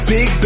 Big